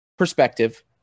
Perspective